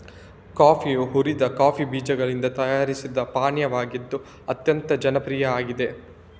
ಕಾಫಿಯು ಹುರಿದ ಕಾಫಿ ಬೀಜಗಳಿಂದ ತಯಾರಿಸಿದ ಪಾನೀಯವಾಗಿದ್ದು ಅತ್ಯಂತ ಜನಪ್ರಿಯ ಆಗಿದೆ